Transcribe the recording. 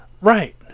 Right